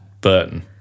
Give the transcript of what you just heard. Burton